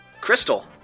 Crystal